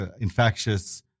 infectious